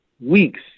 weeks